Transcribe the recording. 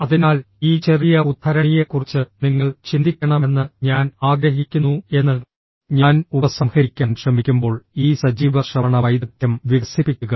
അതിനാൽ ഈ ചെറിയ ഉദ്ധരണിയെക്കുറിച്ച് നിങ്ങൾ ചിന്തിക്കണമെന്ന് ഞാൻ ആഗ്രഹിക്കുന്നു എന്ന് ഞാൻ ഉപസംഹരിക്കാൻ ശ്രമിക്കുമ്പോൾ ഈ സജീവ ശ്രവണ വൈദഗ്ദ്ധ്യം വികസിപ്പിക്കുക